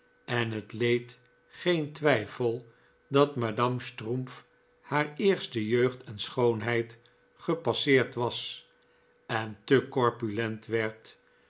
en het leed geen twijfel dat madame strumpff haar eerste jeugd en schoonheid gepasseerd was en te corpulent werd